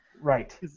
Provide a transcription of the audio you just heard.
Right